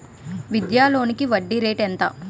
విద్యా లోనికి వడ్డీ రేటు ఎంత?